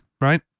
right